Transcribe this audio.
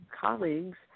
colleagues